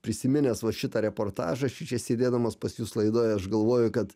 prisiminęs vat šitą reportažą šičia sėdėdamas pas jus laidoj aš galvoju kad